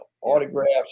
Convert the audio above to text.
autographs